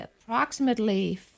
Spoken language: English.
approximately